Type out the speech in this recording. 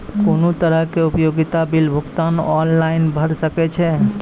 कुनू तरहक उपयोगिता बिलक भुगतान ऑनलाइन भऽ सकैत छै?